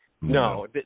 no